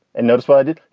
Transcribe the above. and notice what i did.